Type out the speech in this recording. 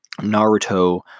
Naruto